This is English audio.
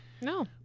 No